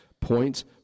points